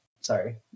Sorry